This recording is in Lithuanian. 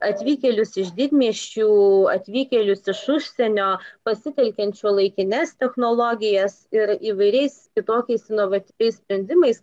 atvykėlius iš didmiesčių atvykėlius iš užsienio pasitelkiant šiuolaikines technologijas ir įvairiais kitokiais inovatyviais sprendimais